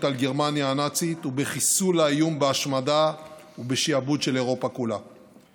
על גרמניה הנאצית ובחיסול האיום בהשמדה ובשעבוד של אירופה כולה.